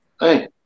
hey